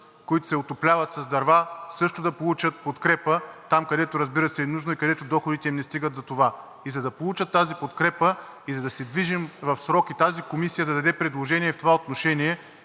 които се отопляват с дърва, също да получат подкрепа там, където, разбира се, е нужно и където доходите им не стигат за това. За да получат тази подкрепа, за да се движим в срок и тази комисия да даде предложения, в това отношения